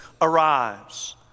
arrives